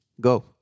go